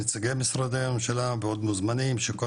נציגי משרדי הממשלה ועוד מוזמנים שכל